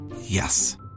Yes